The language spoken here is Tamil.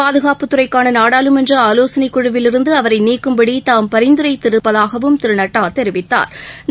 பாதுகாப்புத்துறைக்கானநாடாளுமன்றஆலோசனைக் குழுவிலிருந்துஅவரைநீக்கும்படிதாம் பரிந்துரைத்திருப்பதாகவும் திருநட்டாதெரிவித்தாா்